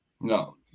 No